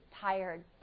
tired